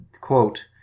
quote